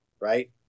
Right